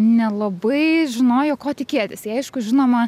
nelabai žinojo ko tikėtis tai aišku žinoma